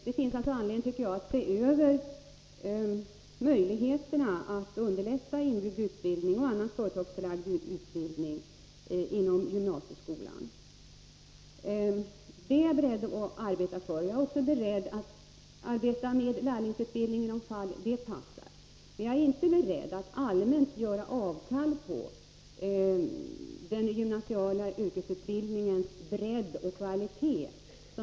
Det finns alltså anledning, tycker jag, att se över möjligheterna att underlätta inbyggd utbildning och annan företagsförlagd utbildning inom gymnasieskolan. Jag är beredd att arbeta för det. Jag är också beredd att arbeta med lärlingsutbildning i de fall det passar. Men jag är inte beredd att allmänt göra avkall på den gymnasiala yrkesutbildningens bredd och kvalitet.